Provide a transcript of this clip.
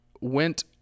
went